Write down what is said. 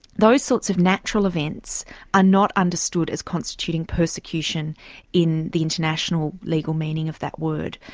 those sorts of natural events are not understood as constituting persecution in the international legal meaning of that word,